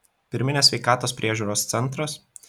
pirminės sveikatos priežiūros centras